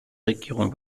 regierung